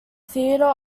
theatre